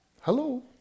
Hello